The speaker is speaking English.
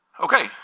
Okay